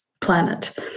planet